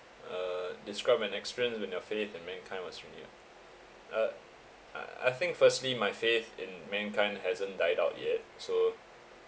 uh describe an experience in your faith in mankind was renewed uh uh I think firstly my faith in mankind hasn't died out yet so